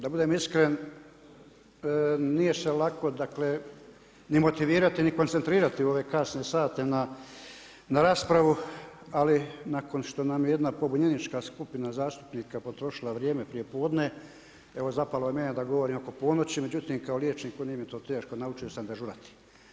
Da budem iskren, nije se lako ni motivirati, ni koncentrirati u ove kasne sate na raspravu, ali nakon što nam je jedna pobunjenička skupina zaštitnika potrošila vrijeme prije podne, evo zapalo je mene da govorim oko ponoći, međutim, kao liječnik nije mi to teško, naučio sam dežurati.